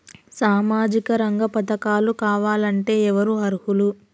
సామాజిక రంగ పథకాలు కావాలంటే ఎవరు అర్హులు?